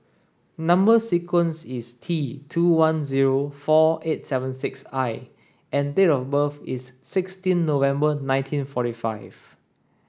number sequence is T two one zero four eight seven six I and date of birth is sixteen November nineteen forty five